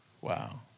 Wow